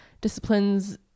disciplines